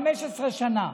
15 שנים.